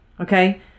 Okay